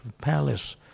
palace